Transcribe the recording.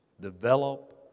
Develop